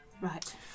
Right